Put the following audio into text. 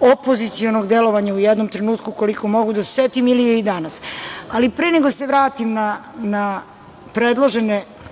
opozicionog delovanja u jednom trenutku, koliko mogu da se setim, ili je i danas. Pre nego se vratim na predložene